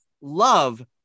love